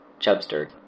Chubster